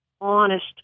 honest